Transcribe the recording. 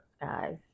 guys